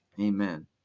Amen